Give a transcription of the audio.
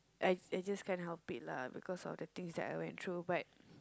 I I just can't help it lah because of the things that I went through but